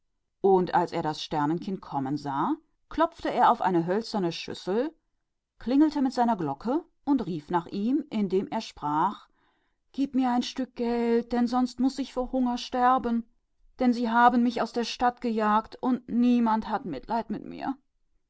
und als er das sternkind kommen sah schlug er an ein hölzernes becken und klirrte mit seiner glocke und rief es an und sagte gib mir ein geldstück oder ich muß hungers sterben denn sie haben mich aus der stadt gestoßen und niemand hat mitleid mit mir